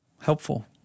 Helpful